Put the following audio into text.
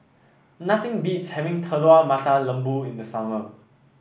nothing beats having Telur Mata Lembu in the summer